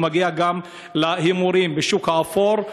מגיע גם להימורים בשוק האפור,